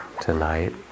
tonight